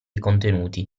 contenuti